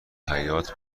حیاط